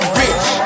rich